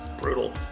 brutal